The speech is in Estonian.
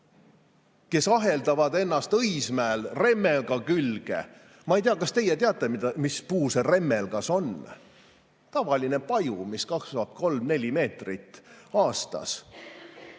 ja aheldavad ennast Õismäel remmelga külge. Ma ei tea, kas teie teate, mis puu see remmelgas on. Tavaline paju, mis kasvab kolm-neli meetrit aastas.